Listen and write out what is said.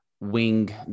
wing